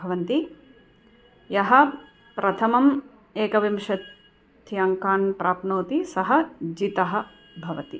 भवन्ति यः प्रथमम् एकविंशत्यङ्कान् प्राप्नोति सः जितः भवति